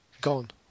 Gone